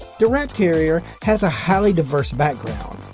the rat terrier has a highly diverse background.